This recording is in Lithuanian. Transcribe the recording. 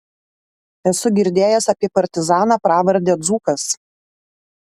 esu girdėjęs apie partizaną pravarde dzūkas